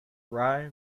rye